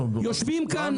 יושבים כאן